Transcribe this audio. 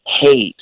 hate